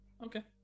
okay